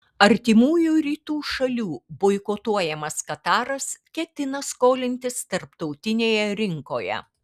artimųjų rytų šalių boikotuojamas kataras ketina skolintis tarptautinėje rinkoje